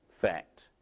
fact